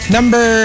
Number